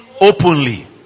openly